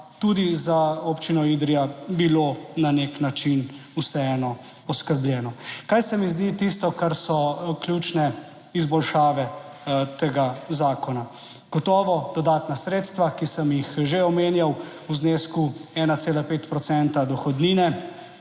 tudi za občino Idrija bilo na nek način vseeno poskrbljeno. Kaj se mi zdi tisto, kar so ključne izboljšave tega zakona. Gotovo dodatna sredstva, ki sem jih že omenjal, v znesku 1,5 procenta